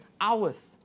hours